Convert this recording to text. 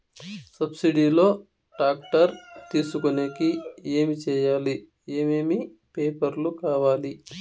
Subsidy లో tractor తీసుకొనేకి ఏమి చేయాలి? ఏమేమి పేపర్లు కావాలి?